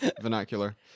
vernacular